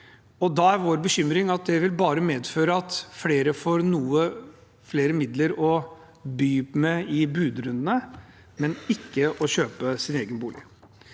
Da er vår bekymring at det bare vil medføre at flere får noe mer midler å by med i budrundene, men ikke til å kjøpe sin egen bolig.